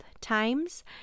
times